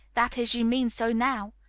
that is, you mean so now,